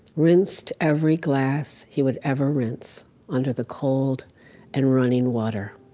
rinsed every glass he would ever rinse under the cold and running water.